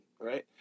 right